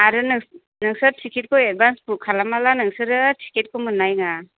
आरो नों नोंसोर थिखिटखौ एदभान्स बुख खालामाबा नोंसोरो थिखिटखौ मोननाय नङा